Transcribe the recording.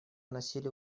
носили